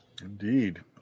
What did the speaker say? Indeed